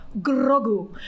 Grogu